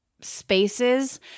spaces